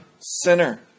sinner